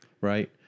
right